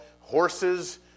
horses